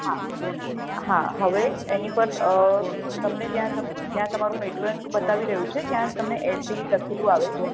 હા હા હવે એની પર તમને ત્યાં જ્યાં તમારું નેટવર્ક બતાવી રહ્યું છે ત્યાં જ તમને એલ ટી ઈ લખેલું આવે છે